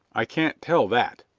i can't tell that,